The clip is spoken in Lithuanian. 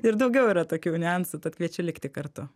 ir daugiau yra tokių niuansų tad kviečiu likti kartu